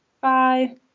bye